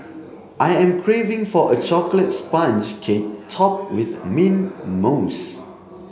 I am craving for a chocolate sponge cake topped with mint mousse